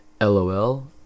LOL